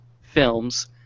films